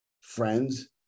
friends